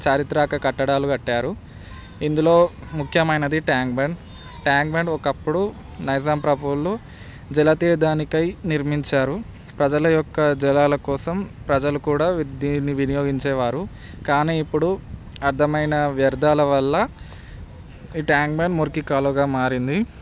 చారిత్రక కట్టడాలు కట్టారు ఇందులో ముఖ్యమైనది ట్యాంక్ బండ్ ట్యాంక్ బండ్ ఒకప్పుడు నైజాం ప్రభువులు జలతీర్థతానికై నిర్మించారు ప్రజల యొక్క జలాల కోసం ప్రజలు కూడా దీన్ని వినియోగించేవారు కానీ ఇప్పుడు అర్థమైన వ్యర్ధాల వల్ల ఈ ట్యాంక్ బండ్ మురికి కాలుగా మారింది